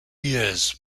years